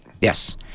Yes